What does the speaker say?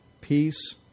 peace